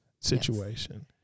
situation